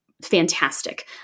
Fantastic